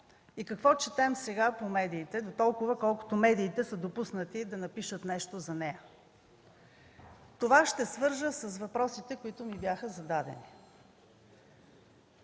и какво четем сега по медиите, дотолкова доколкото медиите са допуснати да напишат нещо за нея. Това ще свържа с въпросите, които ми бяха зададени.